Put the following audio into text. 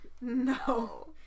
No